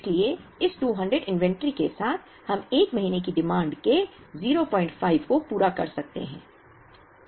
इसलिए इस 200 इन्वेंटरी के साथ हम 1 महीने की डिमांड के 05 को पूरा कर सकते हैं